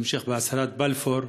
ההמשך בהצהרת בלפור